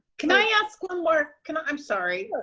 can i ask one more? kind of i'm sorry.